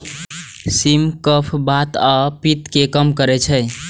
सिम कफ, बात आ पित्त कें कम करै छै